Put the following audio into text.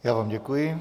Já vám děkuji.